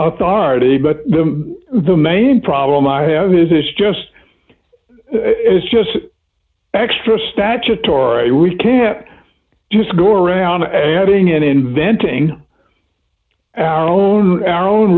authority but the main problem i have is it's just it's just extra statutory we can't just go around adding and inventing our own our own